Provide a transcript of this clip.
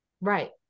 right